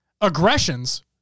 Aggressions